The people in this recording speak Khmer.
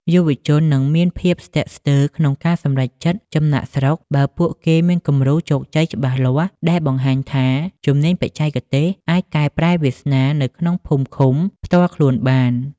យុវជននឹងមានភាពស្ទាក់ស្ទើរក្នុងការសម្រេចចិត្តចំណាកស្រុក បើពួកគេមានគំរូជោគជ័យច្បាស់លាស់ដែលបង្ហាញថា ជំនាញបច្ចេកទេសអាចកែប្រែវាសនានៅក្នុងភូមិឃុំផ្ទាល់ខ្លួនបាន។